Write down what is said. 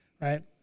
right